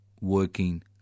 working